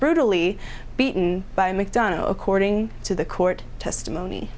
brutally beaten by mcdonough according to the court testimony